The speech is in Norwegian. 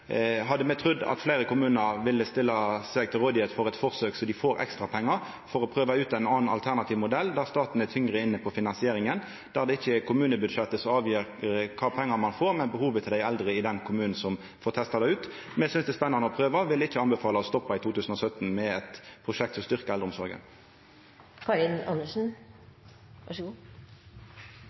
hadde me trudd at fleire kommunar ville stilla seg til rådigheit for eit forsøk så dei får ekstra pengar for å prøva ut ein annan, alternativ modell der staten er tyngre inne på finansieringa, og der det ikkje er kommunebudsjettet som avgjer kva pengar ein får, men behovet til dei eldre i den kommunen som får testa det ut. Me synest det er spennande å prøva, og vil ikkje anbefala å stoppa i 2017 med eit prosjekt som